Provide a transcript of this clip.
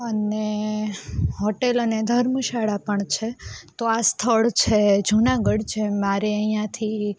અને હોટેલ અને ધર્મશાળા પણ છે તો આ સ્થળ છે જૂનાગઢ છે જે મારે અહીંયાથી